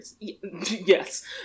Yes